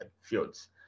fields